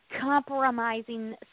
compromising